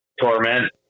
torment